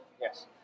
Yes